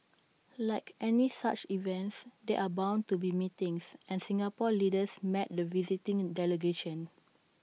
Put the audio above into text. like any such events there are bound to be meetings and Singapore's leaders met the visiting delegation